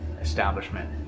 establishment